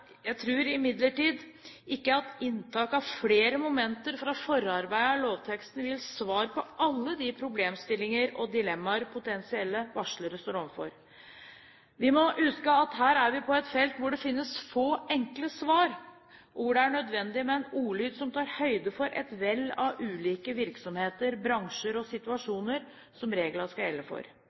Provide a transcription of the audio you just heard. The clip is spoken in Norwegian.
tror imidlertid ikke at inntak av flere momenter fra forarbeidene i lovteksten vil gi svar på alle de problemstillinger og dilemmaer potensielle varslere står overfor. Vi må huske at her er vi på et felt hvor det finnes få enkle svar, og hvor det er nødvendig med en ordlyd som tar høyde for et vell av ulike virksomheter, bransjer og situasjoner som regelen skal gjelde for.